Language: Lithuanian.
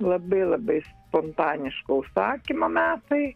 labai labai spontaniško užsakymo metai